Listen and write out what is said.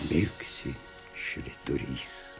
mirksi švyturys